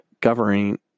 governing